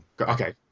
okay